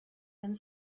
and